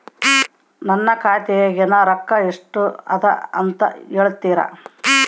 ನನ್ನ ಖಾತೆಯಾಗಿನ ರೊಕ್ಕ ಎಷ್ಟು ಅದಾ ಅಂತಾ ಹೇಳುತ್ತೇರಾ?